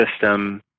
system